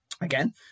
Again